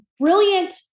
brilliant